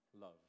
love